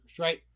right